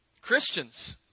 Christians